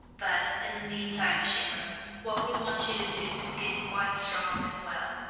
but in the meantime, she wrote, what we want you to do is get quite strong and well,